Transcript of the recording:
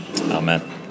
Amen